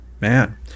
man